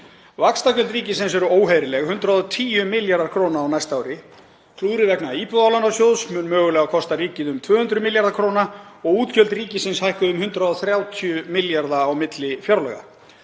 Vaxtagjöld ríkisins eru óheyrileg, 110 milljarðar kr. á næsta ári. Klúðrið vegna Íbúðalánasjóðs mun mögulega kosta ríkið um 200 milljarða kr. og útgjöld ríkisins hækkuðu um 130 milljarða á milli fjárlaga.